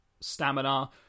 stamina